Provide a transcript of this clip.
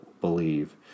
believe